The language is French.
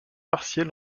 partiel